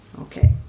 Okay